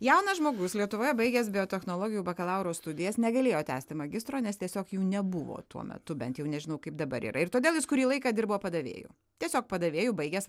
jaunas žmogus lietuvoje baigęs biotechnologijų bakalauro studijas negalėjo tęsti magistro nes tiesiog jų nebuvo tuo metu bent jau nežinau kaip dabar yra ir todėl jis kurį laiką dirbo padavėju tiesiog padavėju baigęs